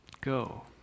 Go